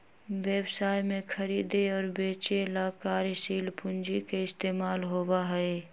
व्यवसाय में खरीदे और बेंचे ला कार्यशील पूंजी के इस्तेमाल होबा हई